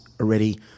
already